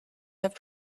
have